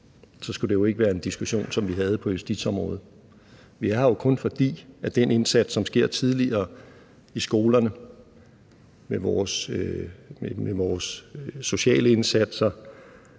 så skulle det ikke være en diskussion, vi havde på justitsområdet. Vi er her jo kun, fordi den indsats, som sker tidligere i skolerne med vores sociale indsatser,